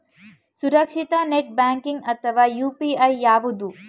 ಸುರಕ್ಷಿತ net banking ಅಥವಾ UPI ಯಾವುದು?